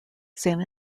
san